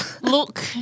Look